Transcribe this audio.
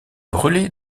brûlé